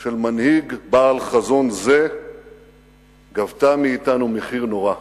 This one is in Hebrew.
של מנהיג בעל חזון זה גבתה מאתנו מחיר נורא.